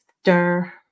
stir